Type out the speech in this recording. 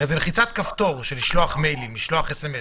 הרי זה לחיצת כפתור של שליחת מיילים, שליחת סמ"ס.